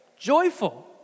joyful